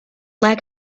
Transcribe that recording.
lack